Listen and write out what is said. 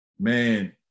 man